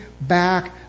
back